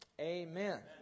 Amen